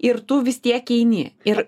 ir tu vis tiek eini ir